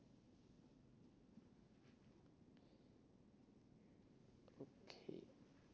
okay